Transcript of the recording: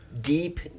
deep